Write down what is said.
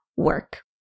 Work